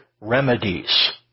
remedies